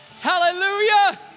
Hallelujah